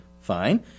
fine